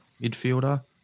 midfielder